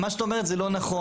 מה שאת אומרת זה לא נכון.